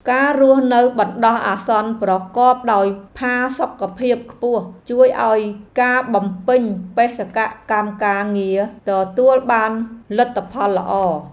ការរស់នៅបណ្ដោះអាសន្នប្រកបដោយផាសុកភាពខ្ពស់ជួយឱ្យការបំពេញបេសកកម្មការងារទទួលបានលទ្ធផលល្អ។